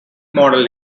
model